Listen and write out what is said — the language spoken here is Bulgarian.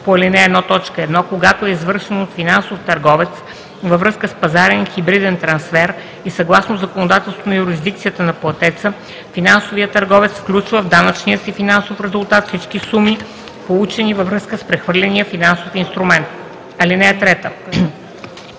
по ал. 1, т. 1, когато е извършено от финансов търговец във връзка с пазарен хибриден трансфер и съгласно законодателството на юрисдикцията на платеца финансовият търговец включва в данъчния си финансов резултат всички суми, получени във връзка с прехвърления финансов инструмент. (3)